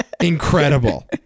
Incredible